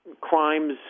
crimes